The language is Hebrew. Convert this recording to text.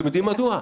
אתם יודעים מדוע?